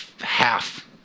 half